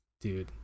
dude